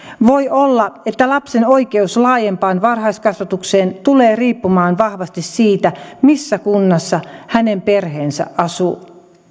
voi olla että lapsen oikeus laajempaan varhaiskasvatukseen tulee riippumaan vahvasti siitä missä kunnassa hänen perheensä asuu